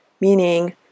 meaning